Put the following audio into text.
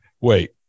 Wait